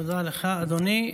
תודה לך, אדוני היושב-ראש.